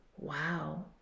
Wow